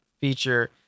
feature